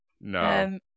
No